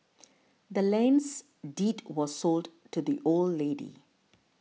the land's deed was sold to the old lady